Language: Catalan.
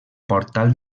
portal